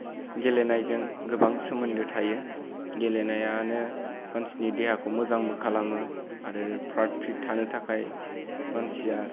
गेलेनायजों गोबां सोमोन्दो थायो गेलेनायानो मानसिनि देहाखौ मोजांबो खालामो आरो फ्राट फ्रिट थानो थाखाय मानसिया